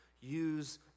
use